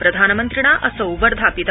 प्रधानमन्त्रिणा असौ वर्धापित